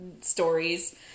stories